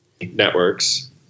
networks